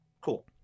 cool